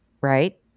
right